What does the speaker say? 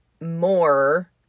more